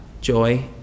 joy